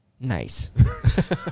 nice